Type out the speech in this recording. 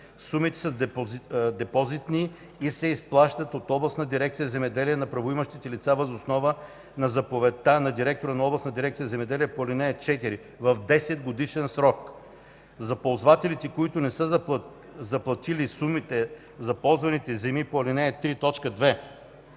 Сумите са депозитни и се изплащат от областната дирекция „Земеделие” на правоимащите лица въз основа на заповедта на директора на областната дирекция „Земеделие” по ал. 4 в 10-годишен срок. За ползвателите, които не са заплатили сумите за ползваните земи по ал. 3,